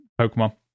pokemon